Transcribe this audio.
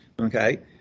Okay